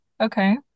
Okay